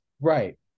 Right